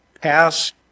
Pass